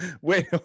Wait